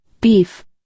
beef